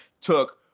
took